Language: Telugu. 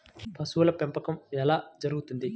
పశువుల పెంపకం ఎలా జరుగుతుంది?